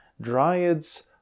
Dryads